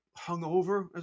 hungover